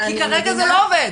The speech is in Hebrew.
כי כרגע זה לא עובד.